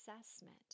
assessment